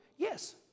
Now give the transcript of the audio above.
Yes